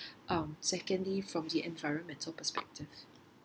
um secondly from the environmental perspective